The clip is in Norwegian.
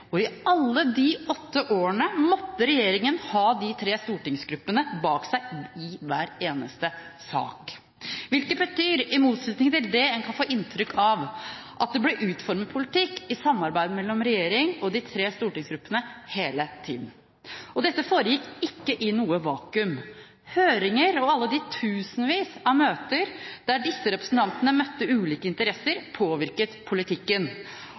Og i alle de åtte årene måtte regjeringen ha de tre stortingsgruppene bak seg i hver eneste sak. Det betyr, i motsetning til det en kan få inntrykk av, at det ble utformet politikk i samarbeid mellom regjering og de tre stortingsgruppene hele tiden. Dette foregikk ikke i noe vakuum. Høringer og alle de tusenvis av møter der disse representantene møtte ulike interesser, påvirket politikken,